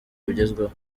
bugezweho